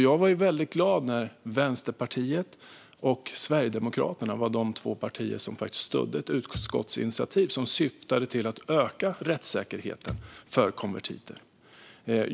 Jag var väldigt glad när Vänsterpartiet och Sverigedemokraterna var de två partier som faktiskt stödde ett utskottsinitiativ som syftade till att öka rättssäkerheten för konvertiter.